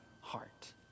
heart